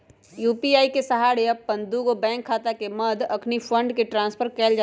UPI के सहारे अप्पन दुगो बैंक खता के मध्य अखनी फंड के ट्रांसफर कएल जा सकैछइ